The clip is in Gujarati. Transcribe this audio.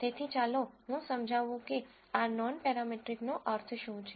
તેથી ચાલો હું સમજાવું કે આ નોનપેરામેટ્રિકનો અર્થ શું છે